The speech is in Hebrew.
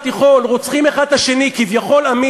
מהצד השני, כפי שהוזכר כאן כבר